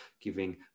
giving